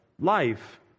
life